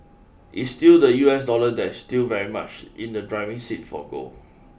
it's still the U S dollar that is still very much in the driving seat for gold